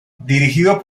dirigido